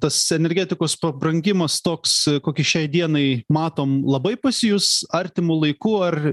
tas energetikos pabrangimas toks kokį šiai dienai matom labai pasijus artimu laiku ar